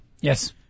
Yes